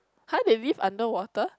[huh] they lift underwater